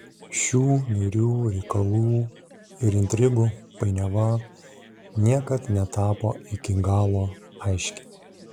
šių niūrių reikalų ir intrigų painiava niekad netapo iki galo aiški